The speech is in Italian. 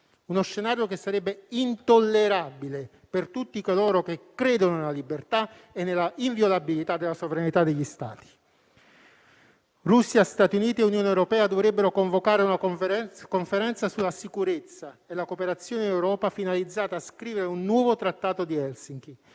Tale scenario sarebbe intollerabile per tutti coloro che credono nella libertà e nella inviolabilità della sovranità degli Stati. Russia, Stati Uniti e Unione europea dovrebbero convocare una conferenza sulla sicurezza e la cooperazione in Europa, finalizzata a scrivere un nuovo trattato di Helsinki,